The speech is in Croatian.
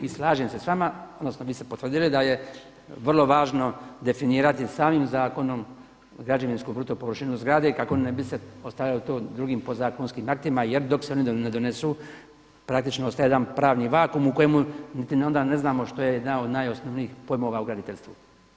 I slažem se s vama, odnosno vi ste potvrdili da je vrlo važno definirati samim zakonom građevinsku bruto površinu zgrade kako ne bi se postavljalo to drugim podzakonskim aktima jer dok se one ne donesu praktično ostaje jedan pravni vakuum u kojemu niti onda ne znamo što je jedna od najosnovnijih pojmova u graditeljstvu.